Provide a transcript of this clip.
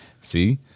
See